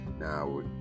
now